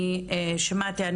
אני שמעתי,